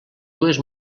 dues